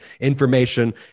information